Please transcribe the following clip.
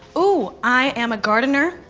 ooh, i am a gardener.